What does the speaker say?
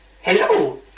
Hello